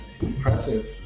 impressive